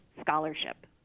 scholarship